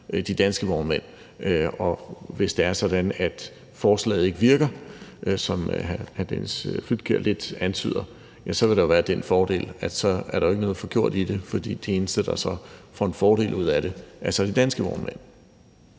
de danske vognmænd, og hvis det er sådan, at forslaget ikke virker, som hr. Dennis Flydtkjær lidt antyder, vil der jo være den fordel, at så er der ikke noget forgjort i det, for de eneste, der så får en fordel ud af det, er de danske vognmænd.